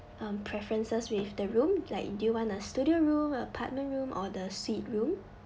um preferences with the room like do you want a studio room a apartment room or the suite room